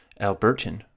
Albertan